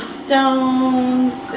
stones